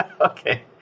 Okay